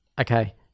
Okay